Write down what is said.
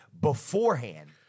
beforehand